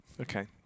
Okay